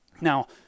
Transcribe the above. Now